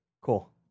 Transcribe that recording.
Cool